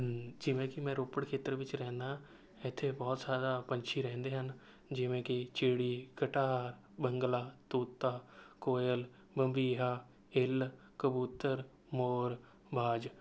ਜਿਵੇਂ ਕਿ ਮੈਂ ਰੋਪੜ ਖੇਤਰ ਵਿੱਚ ਰਹਿੰਦਾ ਇੱਥੇ ਬਹੁਤ ਸਾਰਾ ਪੰਛੀ ਰਹਿੰਦੇ ਹਨ ਜਿਵੇਂ ਕਿ ਚਿੜੀ ਗਟਾਰ ਬੰਗਲਾ ਤੋਤਾ ਕੋਇਲ ਬੰਬੀਹਾ ਇੱਲ ਕਬੂਤਰ ਮੋਰ ਬਾਜ਼